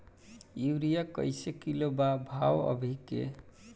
Urea कइसे kilo बा भाव अभी के?